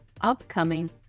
upcoming